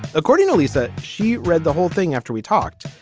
according to lisa, she read the whole thing after we talked.